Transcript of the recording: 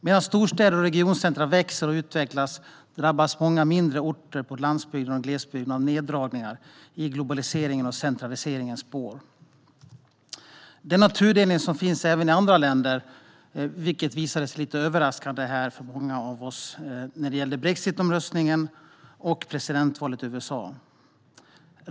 Medan storstäder och regioncentrum växer och utvecklas drabbas många mindre orter på lands och glesbygden av neddragningar i globaliseringens och centraliseringens spår. Denna tudelning finns även i andra länder, vilket visade sig på ett lite överraskande sätt för många av oss i samband med brexitomröstningen och presidentvalet i USA.